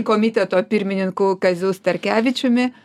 komiteto pirmininku kaziu starkevičiumi